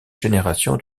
génération